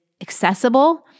accessible